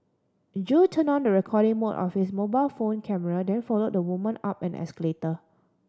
Jo turned on the recording mode of his mobile phone camera then follow the woman up an escalator